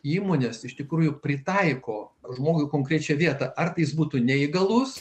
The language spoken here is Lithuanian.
įmonės iš tikrųjų pritaiko žmogui konkrečią vietą ar jis būtų neįgalus